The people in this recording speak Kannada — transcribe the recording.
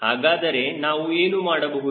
ಹಾಗಾದರೆ ನಾವು ಏನು ಮಾಡಬಹುದು